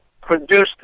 produced